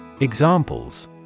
Examples